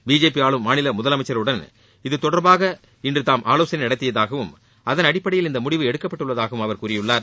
BJP ஆளும் மாநில முதலமைச்சர்களுடன் இதுதொடர்பாக இன்று தாம் ஆவோசனை நடத்தியதாகவும் அதன் அடிப்படையில் இந்த முடிவு எடுக்கப்பட்டுள்ளதாகவும் அவர் கூறியுள்ளார்